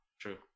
True